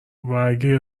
اگر